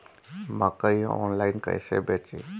मकई आनलाइन कइसे बेची?